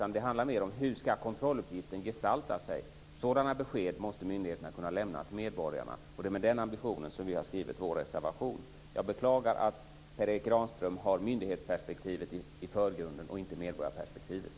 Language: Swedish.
Det handlar mer om hur kontrolluppgiften ska gestalta sig. Sådana besked måste myndigheterna kunna lämna till medborgarna. Det är med den ambitionen som vi har skrivit vår reservation. Jag beklagar att Per Erik Granström har myndighetsperspektivet i förgrunden och inte medborgarperspektivet.